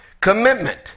Commitment